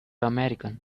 american